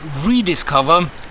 rediscover